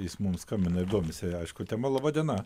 jis mums skambina ir domisi aišku tema laba diena